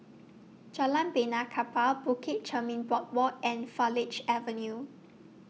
Jalan Benaan Kapal Bukit Chermin Boardwalk and Farleigh Avenue